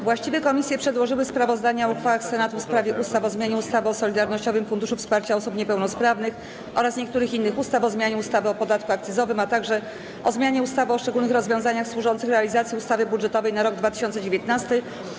Właściwe komisje przedłożyły sprawozdania o uchwałach Senatu w sprawie ustaw: - o zmianie ustawy o Solidarnościowym Funduszu Wsparcia Osób Niepełnosprawnych oraz niektórych innych ustaw, - o zmianie ustawy o podatku akcyzowym, - o zmianie ustawy o szczególnych rozwiązaniach służących realizacji ustawy budżetowej na rok 2019.